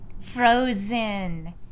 Frozen